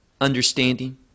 understanding